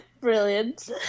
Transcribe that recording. brilliant